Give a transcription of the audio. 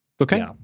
Okay